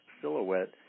silhouette